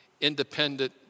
independent